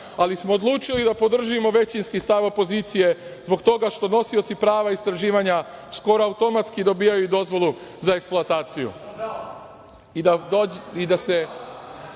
ali smo odlučili da podržimo većinski stav opozicije zbog toga što nosioci prava istraživanja skoro automatski dobijaju dozvolu za eksploataciju i da se